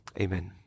Amen